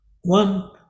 one